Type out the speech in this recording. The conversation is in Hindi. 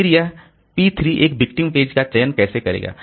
फिर यह पी 3 एक विक्टिम पेज का चयन कैसे करेगा